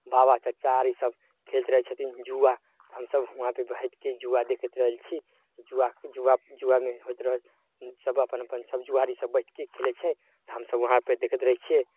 बाबा चचा आर ई सभ खेलैत रहय छथिन जुआ हमसभ हुआँ पर बैठिके जुआ देखैत रहय छी जुआ जुआ जुआमे होइत रहय सभ अपन अपन सभ जुआरी सभ बैठिके खेलय छै हमसभ हुआँपर देखैत रहय छियै